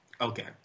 Okay